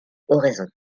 oraison